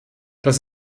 das